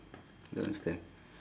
don't understand